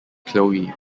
chloe